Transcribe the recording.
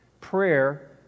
prayer